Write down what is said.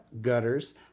gutters